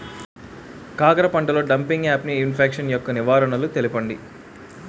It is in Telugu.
కాకర పంటలో డంపింగ్ఆఫ్ని ఇన్ఫెక్షన్ యెక్క నివారణలు తెలపండి?